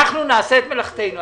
נעשה מלאכתנו.